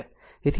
તેથી તે 1